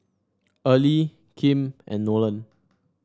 Early Kim and Nolan